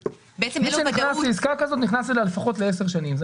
מי שנכנס לעסקה כזאת נכנס אליה לפחות ל-10 שנים.